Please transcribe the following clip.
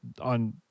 on